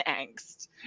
angst